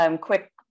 quick